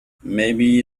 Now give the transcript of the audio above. maybe